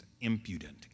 impudent